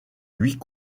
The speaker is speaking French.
huit